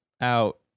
out